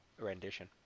rendition